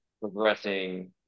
progressing